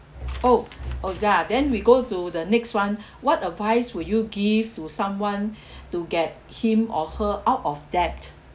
oh oh ya then we go to the next [one] what advice would you give to someone to get him or her out of debt